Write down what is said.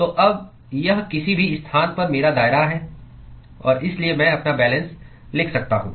तो अब यह किसी भी स्थान पर मेरा दायरा है और इसलिए मैं अपना बैलेंस लिख सकता हूं